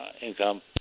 income